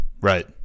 right